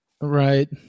Right